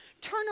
Turn